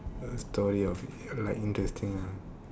a story of like interesting ah